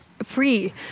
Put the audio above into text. free